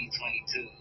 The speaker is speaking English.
2022